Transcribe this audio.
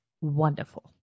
wonderful